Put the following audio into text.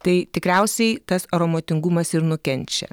tai tikriausiai tas aromotingumas ir nukenčia